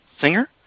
Singer